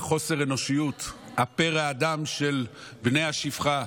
חוסר האנושיות, פראי האדם בני השפחה,